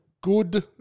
Good